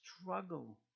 struggle